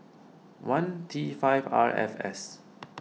one T five R F S